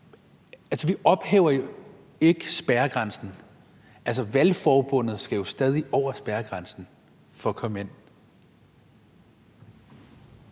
Altså, vi ophæver jo ikke spærregrænsen. Valgforbundet skal jo stadig over spærregrænsen for at komme ind.